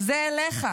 זה אליך.